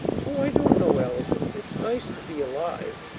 oh, i don't know, allison it's nice to be alive.